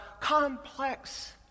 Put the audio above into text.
complex